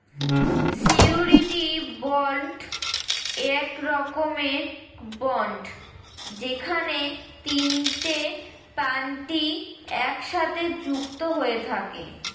surety bond এক রকমের bond যেখানে তিনটে পার্টি একসাথে যুক্ত হয়ে থাকে